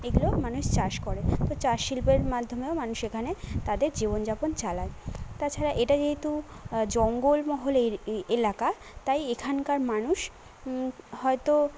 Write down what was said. এগুলো মানুষ চাষ করে তো চাষ শিল্পের মাধ্যমেও মানুষ এখানে তাদের জীবনযাপন চালায় তাছাড়া এটা যেহেতু জঙ্গলমহলের এ এলাকা তাই এখানকার মানুষ হয়তো